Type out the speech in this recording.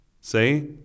Say